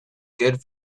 good